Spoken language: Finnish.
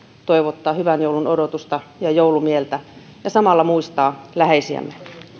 toivottaa hyvän joulun odotusta ja joulumieltä ja samalla muistaa läheisiämme